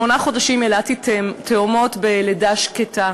לפני כשמונה חודשים ילדתי תאומות בלידה שקטה.